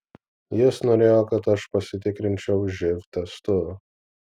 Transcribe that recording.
jis norėjo kad aš pasitikrinčiau živ testu